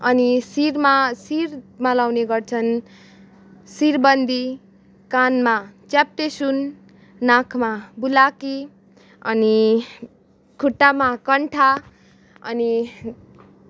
अनि शिरमा शिरमा लाउने गर्छन शिरबन्दी कानमा च्याप्टे सुन नाकमा बुलाकी अनि खुट्टामा कन्ठा अनि